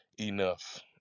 enough